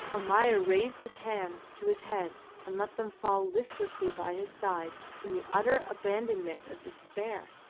almayer raised his hands to his head and let them fall listlessly by his side in the utter abandonment of despair.